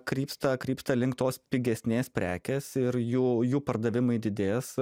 krypsta krypsta link tos pigesnės prekės ir jų jų pardavimai didės